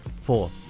Four